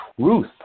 truth